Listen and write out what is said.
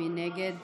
מי נגד?